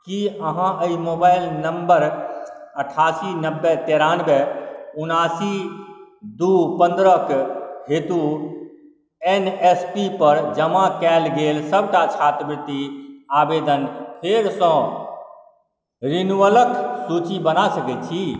की अहाँ एहि mobile number अठासी नब्बे तेरानवे उनासी दू पंद्रह के हेतु एन एफ सी पर जमा कयल गेल सबटा छात्रवृति आवेदन फेर सँ रिन्यूअल के सूची बना सकैत छी